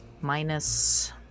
minus